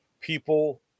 People